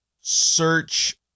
search